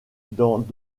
dans